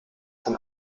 von